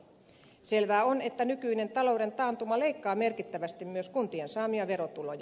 selvää on että nykyinen talouden taantuma leikkaa merkittävästi myös kuntien saamia verotuloja